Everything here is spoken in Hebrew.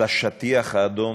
לשטיח האדום,